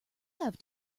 have